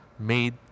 made